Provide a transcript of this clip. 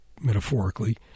metaphorically